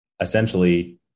essentially